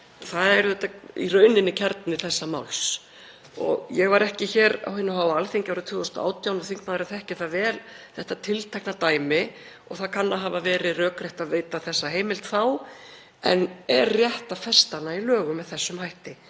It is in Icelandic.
Það er í rauninni kjarni þessa máls. Ég var ekki hér á hinu háa Alþingi árið 2018 og þingmaðurinn þekkir vel þetta tiltekna dæmi og það kann að hafa verið rökrétt að veita þessa heimild þá, en er rétt að festa hana í lögum með þessum hætti?